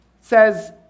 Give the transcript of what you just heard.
says